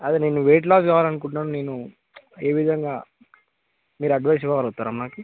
అది నేను weight loss కావాలి అనుకుంటున్నాను నేను ఏ విధంగా మీరు అడ్వైస్ ఇవ్వగలుగుతారా నాకు